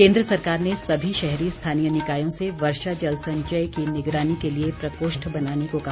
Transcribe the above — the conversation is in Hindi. केन्द्र सरकार ने सभी शहरी स्थानीय निकायों से वर्षा जल संचय की निगरानी के लिए प्रकोष्ठ बनाने को कहा